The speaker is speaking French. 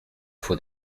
faut